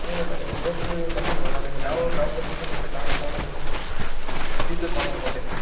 ಏನಿಲ್ಲ ನಿಮಿಗೆ ಹೋದ್ ಸರಿ ಬಂದಿದ್ದಿರಲ್ಲ ನಿಮಿಗೆ ಯಾವ ಟಾಬ್ಲೆಟ್ಸು ಮತ್ತು ಟಾನಿಕ್ ತಗೊಂಡು ಹೋಗಿದ್ರಿ ಸರ್ ಶೀತದ ಮಾತ್ರೆ ಕೊಟ್ಟಿದ್ದೆನಾ